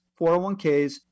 401ks